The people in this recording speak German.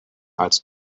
als